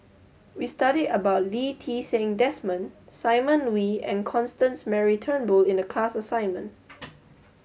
we studied about Lee Ti Seng Desmond Simon Wee and Constance Mary Turnbull in the class assignment